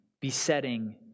besetting